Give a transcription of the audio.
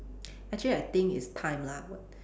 actually I think it's time lah what